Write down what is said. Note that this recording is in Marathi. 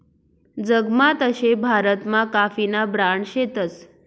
जगमा तशे भारतमा काफीना ब्रांड शेतस